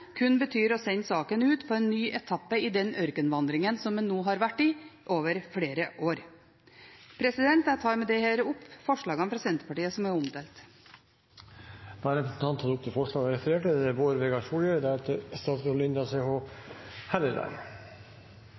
kun betyr å sende saken ut på en ny etappe i den ørkenvandringen som den nå har vært på i over flere år. Jeg tar med dette opp forslagene fra Senterpartiet. Da har representanten Marit Arnstad tatt opp de forslagene hun refererte til. På sett og vis kan ein nesten seie at frivilligheita er kjernen i korleis det norske samfunnet er.